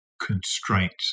Constraints